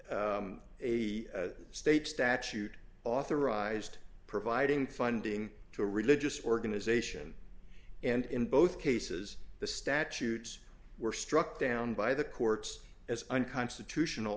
a state statute authorized providing funding to a religious organization and in both cases the statutes were struck down by the courts as unconstitutional